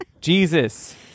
Jesus